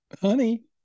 Honey